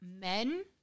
men